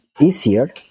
easier